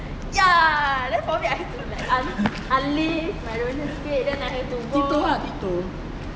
ya then forget to like un~ unleash my roller skate then I have to go